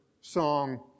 song